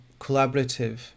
collaborative